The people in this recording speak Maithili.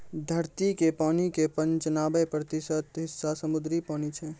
धरती के पानी के पंचानवे प्रतिशत हिस्सा समुद्री पानी छै